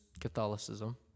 Catholicism